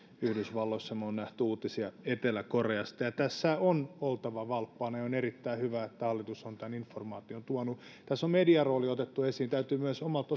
yhdysvalloissa me olemme nähneet uutisia etelä koreasta tässä on oltava valppaana ja on erittäin hyvä että hallitus on tämän informaation tuonut tässä on median rooli otettu esiin täytyy myös omalta